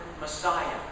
Messiah